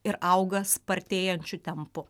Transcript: ir auga spartėjančiu tempu